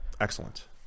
Excellent